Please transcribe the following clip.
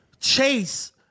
chase